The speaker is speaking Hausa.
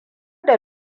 da